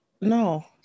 No